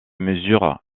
mesure